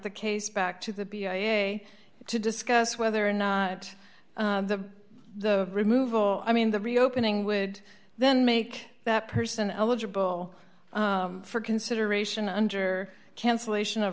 the case back to the b i a to discuss whether or not the removal i mean the reopening would then make that person eligible for consideration under cancellation of